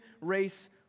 race